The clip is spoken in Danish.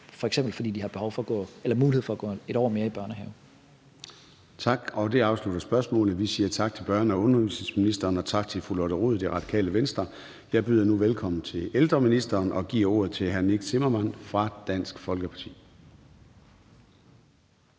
fordi de har mulighed for at gå 1 år mere i børnehave. Kl. 14:10 Formanden (Søren Gade): Tak. Det afslutter spørgsmålet. Vi siger tak til børne- og undervisningsministeren og tak til fru Lotte Rod, Radikale Venstre. Jeg byder nu velkommen til ældreministeren og giver ordet til hr. Nick Zimmermann fra Dansk Folkeparti.